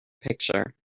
picture